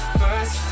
first